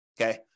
Okay